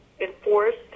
enforced